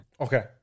Okay